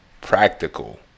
practical